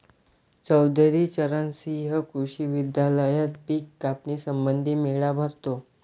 चौधरी चरण सिंह कृषी विद्यालयात पिक कापणी संबंधी मेळा भरतो